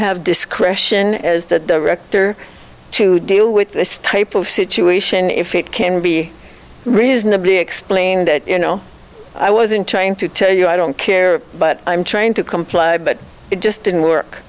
have discretion as the rector to deal with this type of situation if it can be reasonably explained that you know i wasn't trying to tell you i don't care but i'm trying to comply but it just didn't work